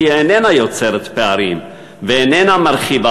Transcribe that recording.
כי היא איננה יוצרת פערים ואיננה מרחיבה